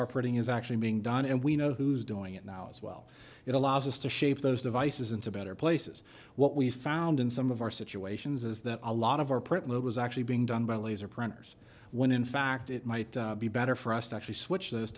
is actually being done and we know who's doing it now as well it allows us to shape those devices into better places what we found in some of our situations is that a lot of our print was actually being done by laser printers when in fact it might be better for us to actually switch